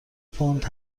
پوند